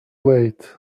late